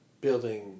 building